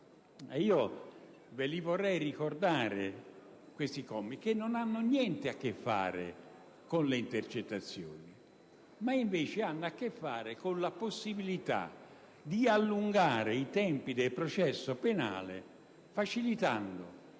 esame. Vorrei ricordarvi tali commi, poiché non hanno niente a che fare con le intercettazioni; essi hanno piuttosto a che fare con la possibilità di allungare i tempi del processo penale facilitando